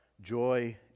joy